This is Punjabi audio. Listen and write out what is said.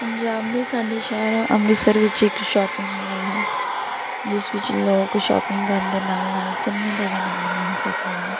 ਪੰਜਾਬ ਦੇ ਸਾਡੇ ਸ਼ਹਿਰ ਅੰਮ੍ਰਿਤਸਰ ਵਿੱਚ ਇੱਕ ਸ਼ੋਪਿੰਗ ਮਾਲ ਹੈ ਜਿਸ ਵਿੱਚ ਲੋਕ ਸ਼ੋਪਿੰਗ ਕਰਨ ਦੇ ਨਾਲ ਨਾਲ ਸਿਨਮੇ ਦਾ ਵੀ ਅਨੰਦ ਮਾਣ ਸਕਦੇ ਹਨ